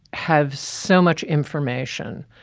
have so much information,